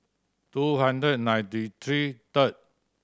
two hundred and ninety three third